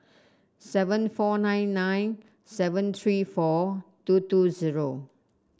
seven four nine nine seven three four two two zero